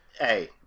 Hey